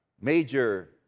Major